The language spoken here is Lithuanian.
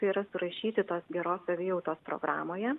yra surašyti tos geros savijautos programoje